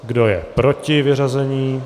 Kdo je proti vyřazení?